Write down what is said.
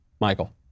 Michael